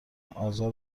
آزار